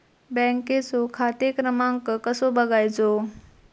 बँकेचो खाते क्रमांक कसो बगायचो?